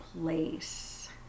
place